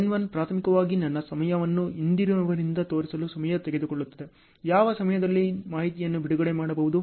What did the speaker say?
N1 ಪ್ರಾಥಮಿಕವಾಗಿ ನನ್ನ ಸಮಯವನ್ನು ಹಿಂದಿನವರಿಂದ ತೋರಿಸಲು ಸಮಯ ತೆಗೆದುಕೊಳ್ಳುತ್ತದೆ ಯಾವ ಸಮಯದಲ್ಲಿ ಮಾಹಿತಿಯನ್ನು ಬಿಡುಗಡೆ ಮಾಡಬಹುದು